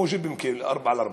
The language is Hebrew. כמו ג'יפים, 4X4,